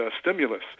stimulus